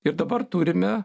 ir dabar turime